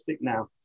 now